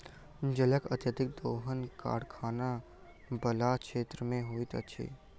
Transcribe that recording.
जलक अत्यधिक दोहन कारखाना बला क्षेत्र मे होइत छै